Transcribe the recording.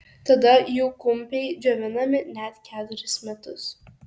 tada jų kumpiai džiovinami net ketverius metus